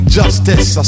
justice